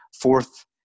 fourth